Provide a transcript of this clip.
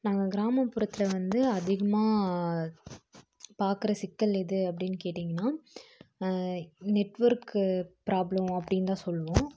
நாங்கள் கிராமப்புறத்தில் வந்து அதிகமாக பார்க்கற சிக்கல் எது அப்படின்னு கேட்டீங்கன்னால் நெட்வொர்க்கு ப்ராப்ளம் அப்படின்னு தான் சொல்லுவோம்